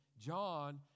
John